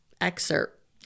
excerpt